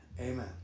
Amen